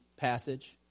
passage